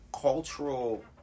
cultural